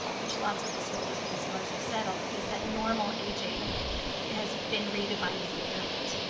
which lots of disability studies scholars have said, um is that normal aging has been redefined as impairment.